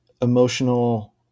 emotional